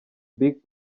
big